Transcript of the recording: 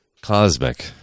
cosmic